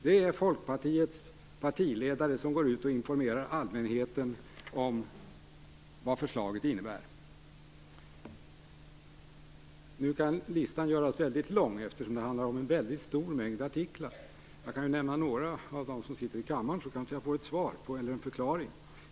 Det är folkpartiets partiledare som går ut och informerar allmänheten om vad förslaget innebär. Nu kan listan göras väldigt lång, eftersom det handlar om en stor mängd artiklar. Jag kan nämna artiklar av några som sitter i kammaren, så kanske jag får en förklaring.